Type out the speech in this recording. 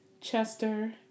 Chester